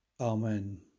Amen